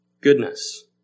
goodness